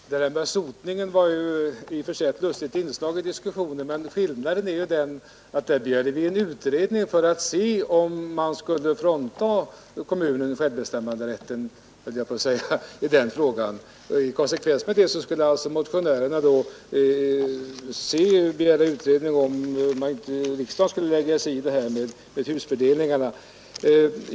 Herr talman! Det där med sotningen var i och för sig ett lustigt inslag i diskussionen. Men skillnaden är ju den att vi har begärt en utredning för att se om man skulle frånta kommunen självbestämmanderätten i den frågan. I konsekvens därmed skulle alltså motionärerna begära utredning om huruvida riksdagen skulle lägga sig i detta med hustyperna.